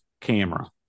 camera